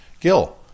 Gil